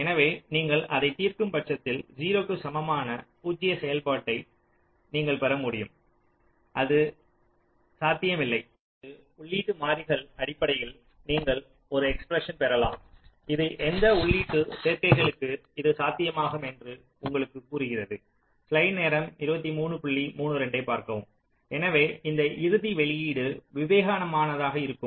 எனவே நீங்கள் அதை தீர்க்கும் பட்சத்தில் 0 க்கு சமமான பூஜ்ய செயல்பாட்டை நீங்கள் பெற முடியும் அதாவது அது சாத்தியமில்லை அல்லது உள்ளீட்டு மாறிகளில் மாறிகள் அடிப்படையில் நீங்கள் ஒரு எஸ்பிரஸன் பெறலாம் இது எந்த உள்ளீட்டு சேர்க்கைகளுக்கு இது சாத்தியமாகும் என்று உங்களுக்குக் கூறுகிறது எனவே இந்த இறுதி வெளியீடு விவேகமானதாக இருக்கும்